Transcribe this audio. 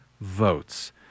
votes